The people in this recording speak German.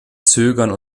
zögern